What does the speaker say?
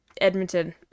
Edmonton